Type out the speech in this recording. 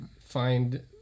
find